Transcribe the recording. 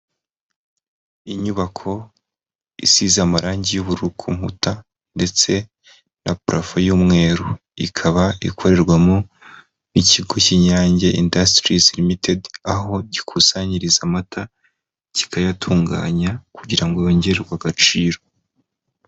Inyubako isize amarangi y'ubururu ku nkuta ndetse na parafo y'umweru, ikaba ikorerwamo n'ikigo cy'Inyange industries Ltd, aho gikusanyiriza amata kikayatunganya kugira ngo yongererwe agaciro.